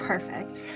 Perfect